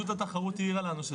הרצוי נחמד מאוד, המצוי הוא אחר.